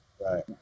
Right